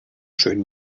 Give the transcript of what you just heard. schön